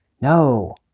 No